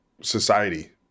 society